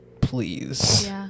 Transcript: please